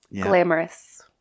Glamorous